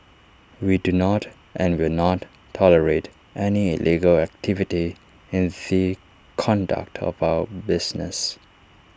we do not and will not tolerate any illegal activity in the conduct of our business